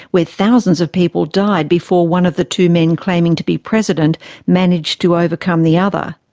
where thousands of people died before one of the two men claiming to be president managed to overcome the other.